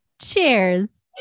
Cheers